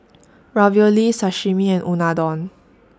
Ravioli Sashimi and Unadon